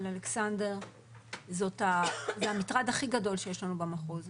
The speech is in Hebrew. אלכסנדר זה המטרד הכי גדול שיש לנו במחוז.